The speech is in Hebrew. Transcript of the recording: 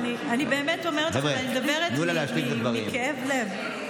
אני באמת אומרת לכם, אני מדברת מכאב לב.